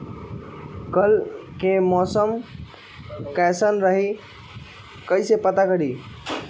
कल के मौसम कैसन रही कई से पता करी?